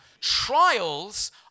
Trials